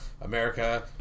America